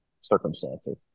circumstances